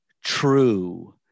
true